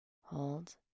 hold